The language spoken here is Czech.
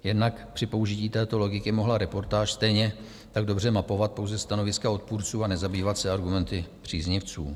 Jednak při použití této logiky mohla reportáž stejně tak dobře mapovat pouze stanoviska odpůrců a nezabývat se argumenty příznivců.